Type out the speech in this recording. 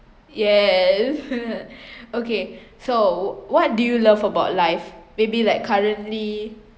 yes okay so what do you love about life maybe like currently